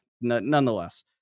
nonetheless